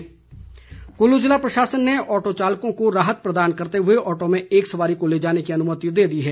Kullu auto Kullu ज़िला प्रशासन ने ऑटो चालकों को राहत प्रदान करते हुए ऑटो में एक सवारी को ले जाने की अनुमति दे दी है